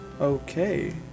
Okay